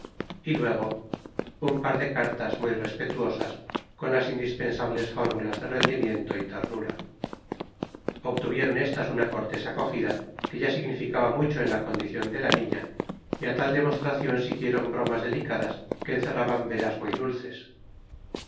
y luego un par de cartas muy respetuosas con las indispensables fórmulas de rendimiento y ternura obtuvieron estas una cortés acogida que ya significaba mucho en la condición de la niña y a tal demostración siguieron bromas delicadas que encerraban veras muy dulces